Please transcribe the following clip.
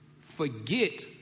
forget